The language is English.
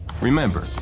Remember